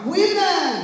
Women